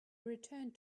returned